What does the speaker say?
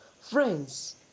Friends